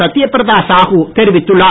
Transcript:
சத்தியபிரதா சாகு தெரிவித்துள்ளார்